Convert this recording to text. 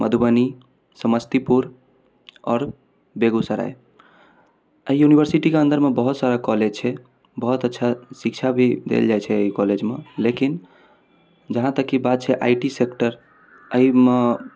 मधुबनी समस्तीपुर आओर बेगूसराय अइ यूनिवर्सिटीके अन्दरमे बहुत सारा कॉलेज छै बहुत अच्छा शिक्षा भी देल जाइ छै एहि कॉलेजमे लेकिन जहाँतक कि बात छै आइ टी सेक्टर एहिमे